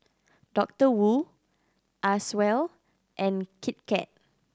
Doctor Wu Acwell and Kit Kat